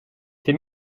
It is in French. fait